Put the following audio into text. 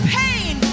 pain